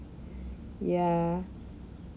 ya